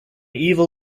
evil